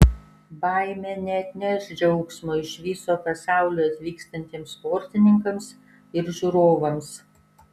baimė neatneš džiaugsmo iš viso pasaulio atvykstantiems sportininkams ir žiūrovams